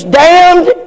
damned